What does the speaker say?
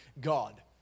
God